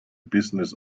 business